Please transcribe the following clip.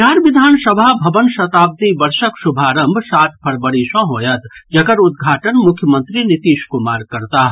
बिहार विधानसभा भवन शताब्दी वर्षक शुभारंभ सात फरवरी सँ होयत जकर उद्घाटन मुख्यमंत्री नीतीश कुमार करताह